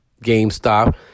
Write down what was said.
GameStop